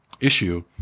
issue